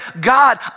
God